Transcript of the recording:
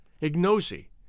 Ignosi